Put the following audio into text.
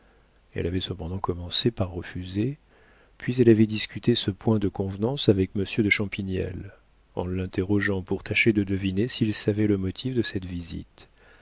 elle avait cependant commencé par refuser puis elle avait discuté ce point de convenance avec monsieur de champignelles en l'interrogeant pour tâcher de deviner s'il savait le motif de cette visite